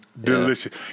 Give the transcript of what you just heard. Delicious